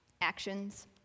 actions